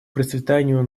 процветанию